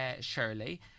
Shirley